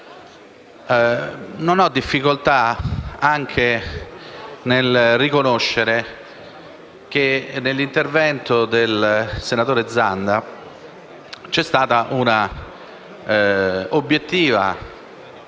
Non ho difficoltà nel riconoscere che, nell'intervento del senatore Zanda, c'è stata l'obiettiva